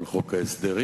על חוק ההסדרים.